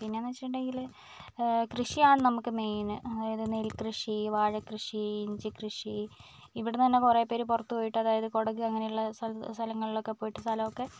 പിന്നേന്നു വെച്ചിട്ടുണ്ടെങ്കിൽ കൃഷിയാണ് നമുക്ക് മെയിന് അതായത് നെൽകൃഷി വാഴ കൃഷി ഇഞ്ചി കൃഷി ഇവിടുന്ന് തന്നെ കുറെ പേര് പുറത്തു പോയിട്ട് അതായത് കുടക് അങ്ങനെയുള്ള സ്ഥലം സ്ഥലങ്ങളിലൊക്കെ പോയിട്ട് സ്ഥലമൊക്കെ